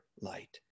light